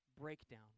breakdown